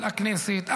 על הכנסת,